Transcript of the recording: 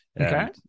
Okay